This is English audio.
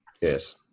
Yes